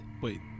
wait